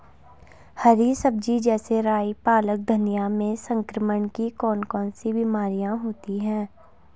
हरी सब्जी जैसे राई पालक धनिया में संक्रमण की कौन कौन सी बीमारियां होती हैं?